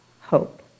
hope